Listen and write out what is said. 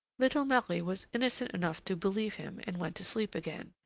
little marie was innocent enough to believe him and went to sleep again.